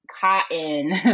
cotton